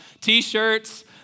T-shirts